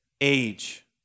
age